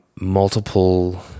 multiple